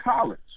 college